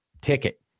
Ticket